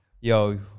Yo